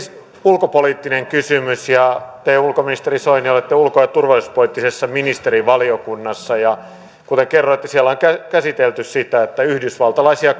ulkopoliittinen kysymys ja te ulkoministeri soini olette ulko ja turvallisuuspoliittisessa ministerivaliokunnassa kuten kerroitte siellä on käsitelty sitä että yhdysvaltalaisia